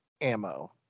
ammo